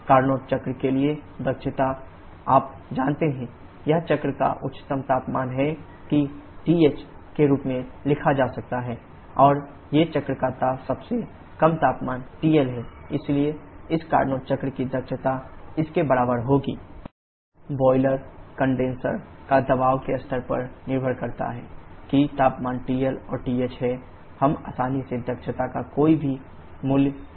Carnot चक्र के लिए दक्षता आप जानते हैं यह चक्र का उच्चतम तापमान है जिसे TH के रूप में लिखा जा सकता है और ये चक्र का सबसे कम तापमान TL है इसलिए इस कार्नोट चक्र की दक्षता इसके बराबर होगी c1 TLTH बॉयलर कंडेनसर पर दबाव के स्तर पर निर्भर करता है कि तापमान TL और TH है हम आसानी से दक्षता का कोई भी मूल्य प्राप्त कर सकते हैं